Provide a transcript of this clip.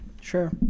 Sure